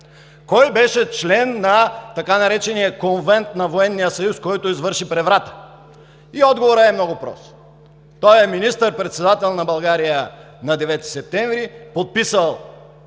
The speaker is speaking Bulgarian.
Кой беше член на така наречения „Конвент на военния съюз“, който извърши преврата? И отговорът е много прост: той е министър-председателят на България на 9 септември, подписал